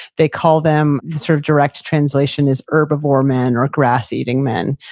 they call them, sort of direct translation is herbivore men or grass eating men.